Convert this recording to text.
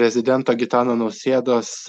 prezidento gitano nausėdos